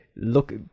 look